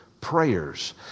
prayers